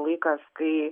laikas kai